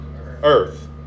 earth